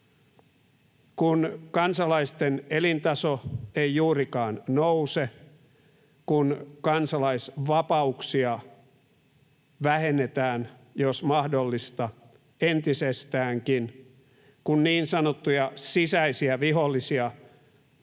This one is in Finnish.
Kun kansalaisten elintaso ei juurikaan nouse, kun kansalaisvapauksia vähennetään, jos mahdollista, entisestäänkin, kun niin sanottuja sisäisiä vihollisia myrkytetään